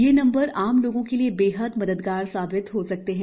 ये नंबर आम लोगों के लिए बेहद मददगार साबित हो सकते हैं